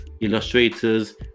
illustrators